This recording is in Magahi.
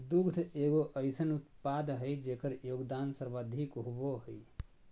दुग्ध एगो अइसन उत्पाद हइ जेकर योगदान सर्वाधिक होबो हइ